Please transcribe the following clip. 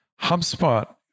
HubSpot